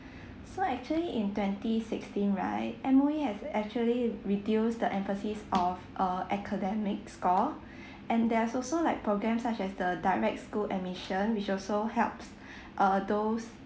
so actually in twenty sixteen right M_O_E has actually reduce the emphasis of uh academic score and there is also like program such as the direct school admission which also helps uh those